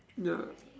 ya